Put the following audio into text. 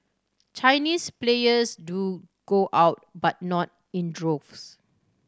Chinese players do go out but not in droves